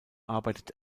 arbeitet